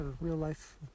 real-life